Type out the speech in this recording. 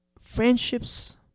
friendships